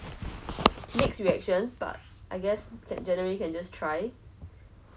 some places un~ so like I've been trying to plan or for now is just